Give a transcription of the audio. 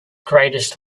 greatest